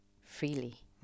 freely